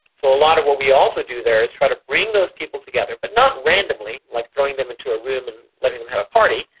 so a lot of what we also do there is try to bring those people together, but not randomly like throwing them into a room and letting them have a party,